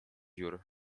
jur